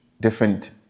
different